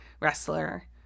wrestler